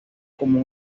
como